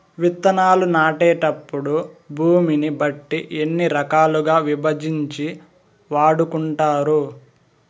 విత్తనాలు నాటేటప్పుడు భూమిని బట్టి ఎన్ని రకాలుగా విభజించి వాడుకుంటారు?